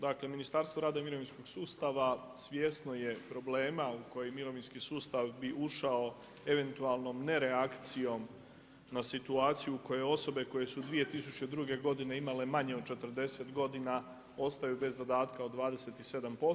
Dakle Ministarstvo rada i mirovinskog sustava svjesno je problema u koje mirovinski sustav bi ušao eventualnom nereakcijom na situaciju u kojoj osobe koje su 2002. godine imale manje od 40 godina ostaju bez dodatka od 27%